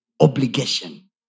obligation